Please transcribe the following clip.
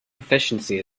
efficiency